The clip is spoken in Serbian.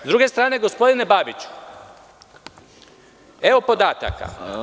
S druge strane, gospodine Babići, evo podataka.